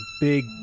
big